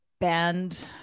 band